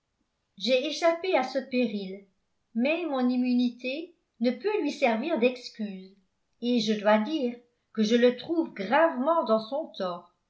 j'ai échappé à ce péril mais mon immunité ne peut lui servir d'excuse et je dois dire que je le trouve gravement dans son